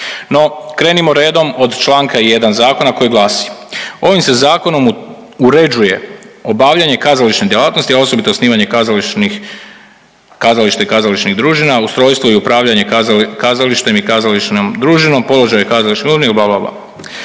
No, krenimo redom od čl. 1 zakona koji glasi, ovim se Zakonom uređuje obavljanje kazališne djelatnosti, a osobito osnivanje kazališnih, kazališta i kazališnih družina, ustrojstvo i upravljanje kazalištem i kazališnom družinom, položaj kazališne .../Govornik se ne